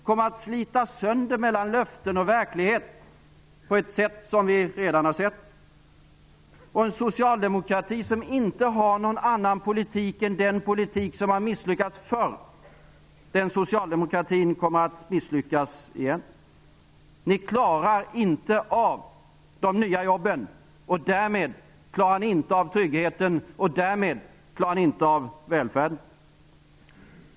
kommer att slitas sönder mellan löften och verklighet på ett sätt som vi redan har sett prov på. En socialdemokrati som inte har någon annan politik än den politik som har misslyckats förr, den socialdemokratin kommer att misslyckas igen. Ni klarar inte av de nya jobben, och därmed klarar ni inte av tryggheten, och därmed klarar ni inte av välfärden.